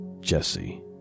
Jesse